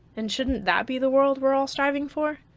and shouldn't that be the world we're all striving for?